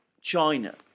china